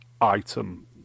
item